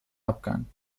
abgang